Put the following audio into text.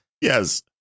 yes